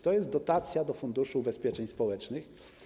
To dotacja do Funduszu Ubezpieczeń Społecznych.